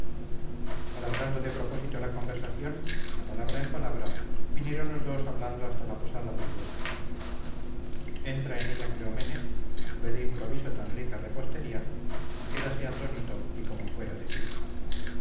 alargando de propósito la conversación de palabra en palabra vinieron los dos hablando hasta la posada del huésped entra en ella cleomenes ve de improviso tan rica repostería y quédase atónito y como fuera de sí